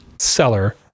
seller